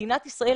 מדינת ישראל,